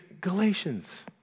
Galatians